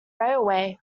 railway